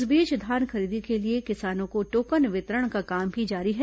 इस बीच धान खरीदी के लिए किसानों को टोकन वितरण का काम भी जारी है